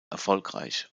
erfolgreich